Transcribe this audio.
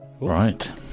Right